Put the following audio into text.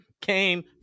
came